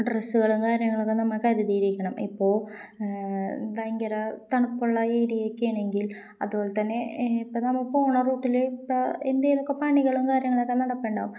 ഡ്രസ്സുകളും കാര്യങ്ങളുമൊക്കെ നമ്മള് കരുതിയിരിക്കണം ഇപ്പോള് ഭയങ്കരം തണുപ്പുള്ള ഏരിയയൊക്കെയാണെങ്കിൽ അതുപോലെ തന്നെ ഇപ്പോള് നമ്മള് പോകുന്ന റൂട്ടില് ഇപ്പോള് എന്തെങ്കിലുമൊക്കെ പണികളും കാര്യങ്ങളുമൊക്കെ നടക്കുന്നുണ്ടാകും